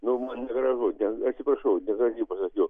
nu man gražu atsiprašau negražiai pasakiau